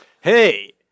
hey